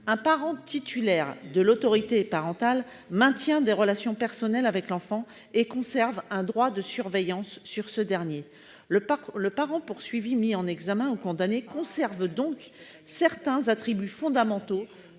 Un parent titulaire de l'autorité parentale maintient des relations personnelles avec l'enfant et conserve un droit de surveillance sur ce dernier. Le parent poursuivi, mis en examen ou condamné, conserve donc certains attributs fondamentaux